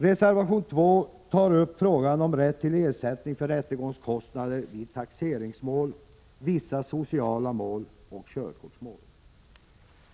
Reservation 2 tar upp frågan om rätt till ersättning för rättegångskostnader vid taxeringsmål, vissa sociala mål och körkortsmål.